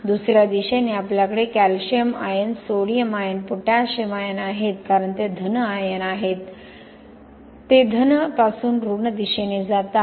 दुस या दिशेने आपल्याकडे calcium ion sodium ion potassium ion आहेत कारण ते धन आयन आहेत ते धन पासून ऋण दिशेने जातात